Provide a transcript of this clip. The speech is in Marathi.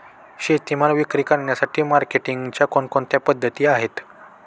शेतीमाल विक्री करण्यासाठी मार्केटिंगच्या कोणकोणत्या पद्धती आहेत?